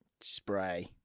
spray